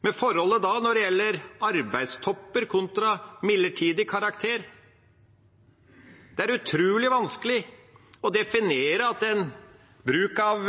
Men forholdet når det gjelder arbeidstopper kontra midlertidig karakter, er at det er utrolig vanskelig å definere at en bruk av